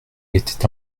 était